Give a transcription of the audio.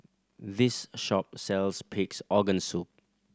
this shop sells Pig's Organ Soup